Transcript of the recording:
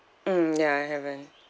mm ya I haven't